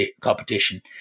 competition